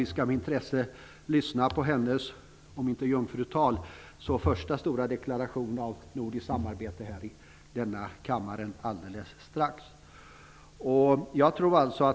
Vi skall med intresse lyssna på hennes om inte jungfrutal så första stora deklaration om nordiskt samarbete i denna kammare alldeles strax.